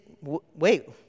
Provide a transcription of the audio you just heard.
wait